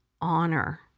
honor